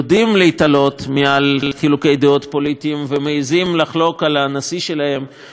להתעלות מעל חילוקי דעות פוליטיים ומעזים לחלוק על הנשיא שלהם ועל